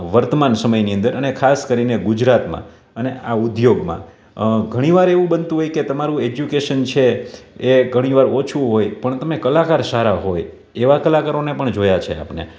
વર્તમાન સમયની અંદર અને ખાસ કરીને ગુજરાતમાં અને આ ઉદ્યોગમાં ઘણી વાર એવું બનતું હોય કે તમારું એજ્યુકેશન છે એ ઘણી વાર ઓછું હોય પણ તમે કલાકાર સારા હોય એવા કલાકારોને પણ જોયા છે આપણે